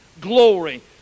glory